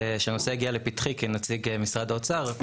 כשהנושא הגיע לפתחי כנציג משרד האוצר,